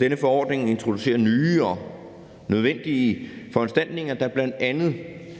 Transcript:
Denne forordning introducerer nye og nødvendige foranstaltninger, der bl.a.